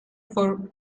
for